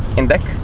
and deck.